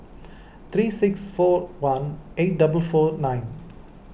three six four one eight double four nine